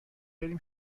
بریم